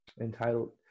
entitled